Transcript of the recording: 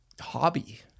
hobby